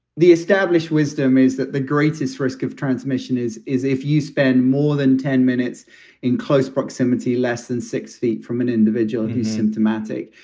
the established wisdom is that the greatest risk of transmission is, is if you spend more than ten minutes in close proximity, less than six feet from an individual who symptomatic.